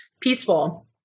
peaceful